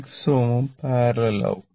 6 Ω ഉം പാരലൽ ആവും